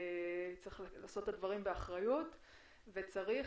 צריך לעשות את הדברים באחריות וצריך